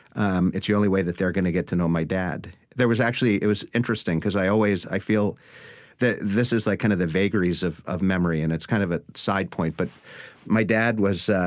um it's the only way that they're going to get to know my dad there was actually it was interesting, because i always i feel that this is like kind of the vagaries of of memory, and it's kind of a side point, but my dad was